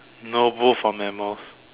no both are mammals